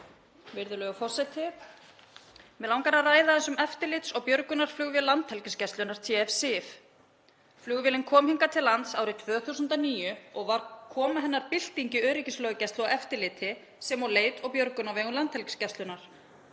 Mig langar að ræða aðeins um eftirlits- og björgunarflugvél Landhelgisgæslunnar, TF-SIF. Flugvélin kom hingað til lands árið 2009 og var koma hennar bylting í öryggislöggæslu og eftirliti sem og leit og björgun á vegum Landhelgisgæslunnar.